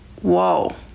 whoa